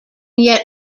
yet